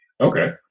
Okay